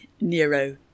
Nero